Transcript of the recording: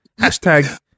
Hashtag